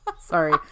Sorry